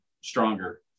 stronger